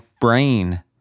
brain